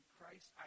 Christ